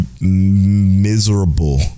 miserable